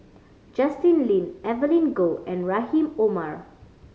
Justin Lean Evelyn Goh and Rahim Omar